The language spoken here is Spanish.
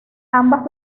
ambas